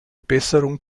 besserung